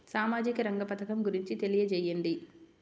సామాజిక రంగ పథకం గురించి తెలియచేయండి?